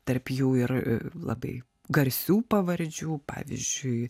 tarp jų ir labai garsių pavardžių pavyzdžiui